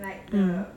mm